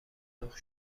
لخت